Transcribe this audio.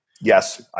Yes